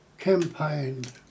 campaigned